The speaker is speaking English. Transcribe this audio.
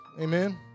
amen